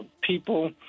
people